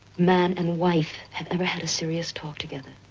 man and wife, have ever had a serious talk together.